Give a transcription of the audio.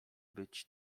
być